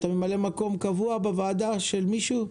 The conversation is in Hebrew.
אתה ממלא מקום קבוע בוועדה של מישהו?